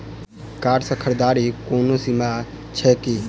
Card सँ खरीददारीक कोनो सीमा छैक की?